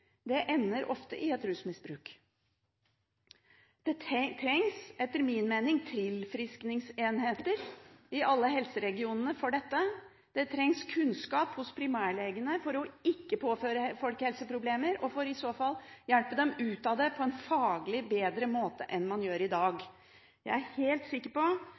Det ender ofte i et rusmisbruk. Det trengs etter min mening tilfriskningsenheter i alle helseregionene for dette. Det trengs kunnskap hos primærlegene for ikke å påføre folk helseproblemer, og i så fall hjelpe dem ut av det på en faglig bedre måte enn man gjør i dag. Jeg er helt sikker på